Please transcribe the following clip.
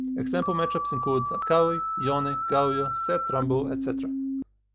example matchups include akali, yone, ah galio, sett, rumble, etc.